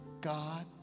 God